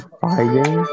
fighting